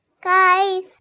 guys